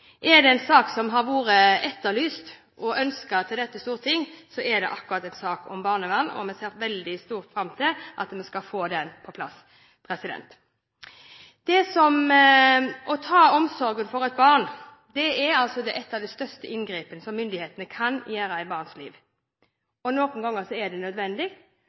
til dette storting, er det akkurat en sak om barnevern. Vi ser veldig fram til at vi skal få den på plass. Å ta omsorgen for et barn er et av de største inngrepene myndighetene kan gjøre i et barns liv. Noen ganger er det nødvendig.